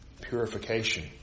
purification